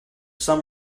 some